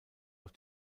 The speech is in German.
auf